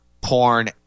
porn